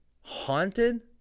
haunted